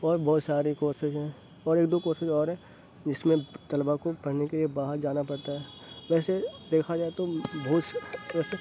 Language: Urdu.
اور بہت سارے کورسیز ہیں اور ایک دو کورسیز اور ہیں جس میں طلبا کو پڑھنے کے لیے باہر جانا پڑتا ہے ویسے دیکھا جائے تو بہت سے کورس ہیں